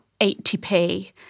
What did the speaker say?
80p